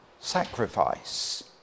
sacrifice